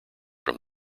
from